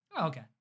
Okay